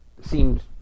Seemed